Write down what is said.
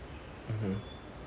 mmhmm